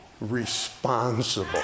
responsible